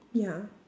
ya